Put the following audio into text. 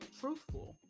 truthful